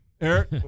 Eric